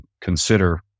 consider